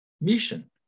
mission